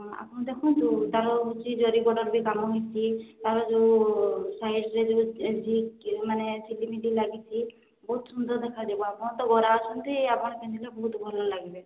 ଆପଣ ଦେଖନ୍ତୁ ତାର ହେଉଛି ଜରି ବର୍ଡ଼ର ବି କାମ ହୋଇଛି ତାର ଯୋଉ ସାଇଡ଼ରେ ଯୋଉ ଜିଙ୍କ ମାନେ ଝିଲିମିଲି ଲାଗିଛି ବହୁତ ସୁନ୍ଦର ଦେଖାଯିବ ଆପଣ ତ ଗୋରା ଅଛନ୍ତି ଆପଣ ପିନ୍ଧିଲେ ବହୁତ ଭଲ ଲାଗିବେ